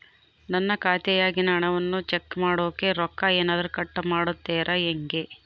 ನನ್ನ ಖಾತೆಯಾಗಿನ ಹಣವನ್ನು ಚೆಕ್ ಮಾಡೋಕೆ ರೊಕ್ಕ ಏನಾದರೂ ಕಟ್ ಮಾಡುತ್ತೇರಾ ಹೆಂಗೆ?